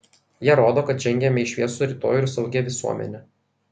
jie rodo kad žengiame į šviesų rytojų ir saugią visuomenę